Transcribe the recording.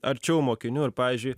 arčiau mokinių ir pavyzdžiui